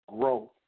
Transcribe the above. growth